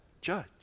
judge